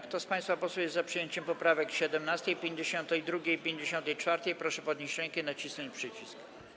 Kto z państwa posłów jest za przyjęciem poprawek 17., 52. i 54., proszę podnieść rękę i nacisnąć przycisk.